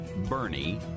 Bernie